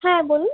হ্যাঁ বলুন